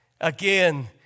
Again